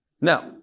Now